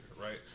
right